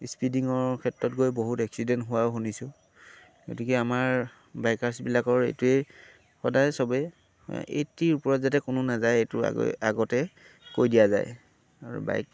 স্পিডিঙৰ ক্ষেত্ৰত গৈ বহুত এক্সিডেণ্ট হোৱাও শুনিছোঁ গতিকে আমাৰ বাইকাৰছবিলাকৰ এইটোৱেই সদায় চবেই এইটিৰ ওপৰত যাতে কোনো নাযায় এইটো আগ আগতে কৈ দিয়া যায় আৰু বাইক